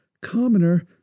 Commoner